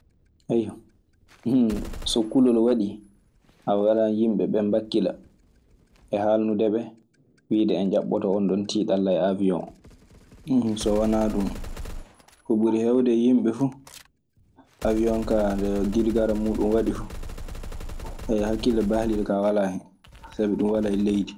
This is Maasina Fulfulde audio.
so kulol waɗii. A waɗan yimɓe ɓee wakkila e haalnude ɓe wiide en ƴaɓɓoto onɗon tiiɗalla e aawion oo. so wanaa ɗun, ko ɓuri heewde e yimɓe fuu. Aawion kaa nde girigara muuɗun waɗi fuu. hakkille baaliiɗo kaa walaa hen, sabi ɗun walaa e leydi.